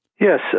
Yes